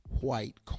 white